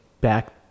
back